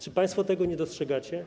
Czy państwo tego nie dostrzegacie?